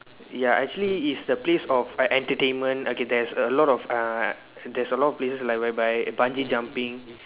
ya actually is the place of entertainment okay there's a lot of uh there's a lot of places like whereby Bungee jumping